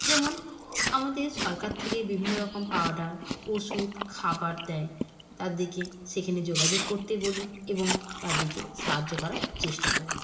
যেমন আমাদের সরকার থেকে বিভিন্ন রকম পাউডার ওষুধ খাবার দেয় তাদেরকে সেখানে যোগাযোগ করতে বলি এবং তাদেরকে সাহায্য করার চেষ্টা করি